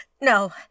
no